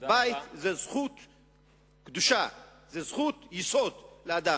בית זאת זכות קדושה, זאת זכות יסוד לאדם.